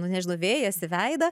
nu nežinau vėjas į veidą